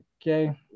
Okay